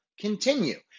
continue